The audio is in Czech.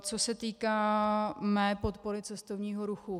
Co se týká mé podpory cestovního ruchu.